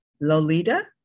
Lolita